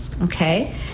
Okay